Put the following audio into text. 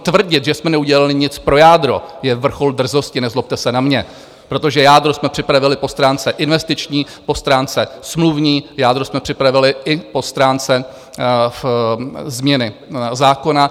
Tvrdit, že jsme neudělali nic pro jádro, je vrchol drzosti, nezlobte se na mě, protože jádro jsme připravili po stránce investiční, po stránce smluvní, jádro jsme připravili i po stránce změny zákona.